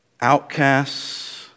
outcasts